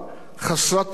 חסרת תקדים,